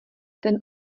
ten